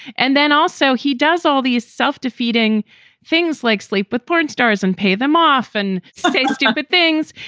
and then also he does all these self-defeating things like sleep with porn stars and pay them off and say stupid things.